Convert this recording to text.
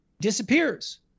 disappears